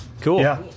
Cool